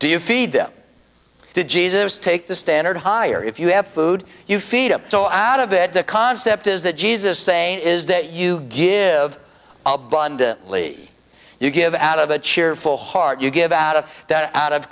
do you feed them to jesus take the standard higher if you have food you feed i'm so out of it the concept is that jesus saying is that you give abundantly you give out of a cheerful heart you give out of that out of